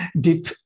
deep